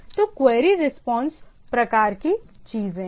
तो query response प्रकार की चीज है